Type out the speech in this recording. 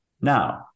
Now